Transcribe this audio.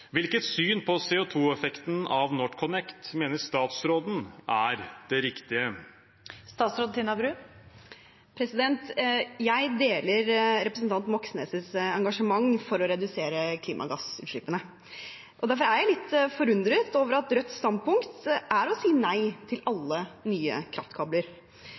Hvilket syn på CO 2 -effekten av NorthConnect mener statsråden er riktig?» Jeg deler representanten Moxnes’ engasjement for å redusere klimagassutslippene. Derfor er jeg litt forundret over at Rødts standpunkt er å si nei til alle nye kraftkabler.